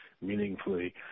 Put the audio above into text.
meaningfully